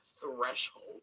threshold